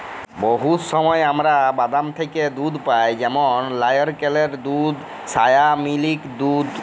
বহুত সময় আমরা বাদাম থ্যাকে দুহুদ পাই যেমল লাইরকেলের দুহুদ, সয়ামিলিক